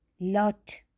lot